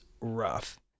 rough